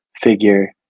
figure